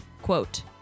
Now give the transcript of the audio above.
quote